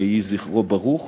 יהי זכרו ברוך.